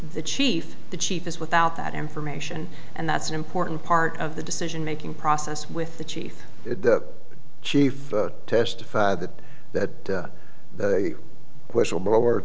the chief the chief is without that information and that's an important part of the decision making process with the chief the chief testify that that the whistleblower